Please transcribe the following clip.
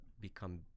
become